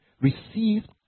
received